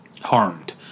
harmed